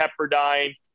Pepperdine